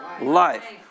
Life